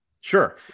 Sure